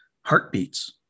heartbeats